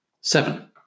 Seven